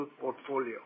portfolio